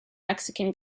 mexican